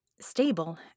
stable